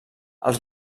els